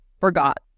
forgot